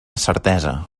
certesa